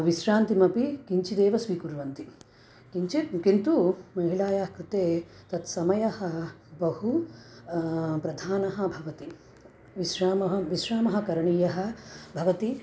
विश्रान्तिमपि किञ्चिदेव स्वीकुर्वन्ति किञ्चित् किन्तु महिलायाः कृते तत् समयः बहु प्रधानः भवति विश्रामः विश्रामः करणीयः भवति